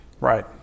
Right